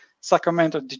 Sacramento